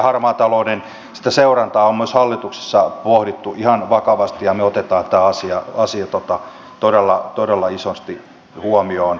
harmaan talouden seurantaa on myös hallituksessa pohdittu ihan vakavasti ja me otamme tämän asian todella isosti huomioon